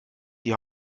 die